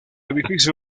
edificio